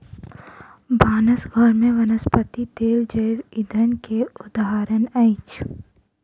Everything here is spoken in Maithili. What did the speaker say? भानस घर में वनस्पति तेल जैव ईंधन के उदाहरण अछि